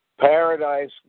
Paradise